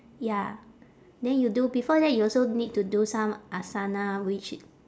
ya then you do before that you also need to do some asana which